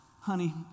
honey